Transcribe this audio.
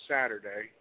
Saturday